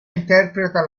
interpreta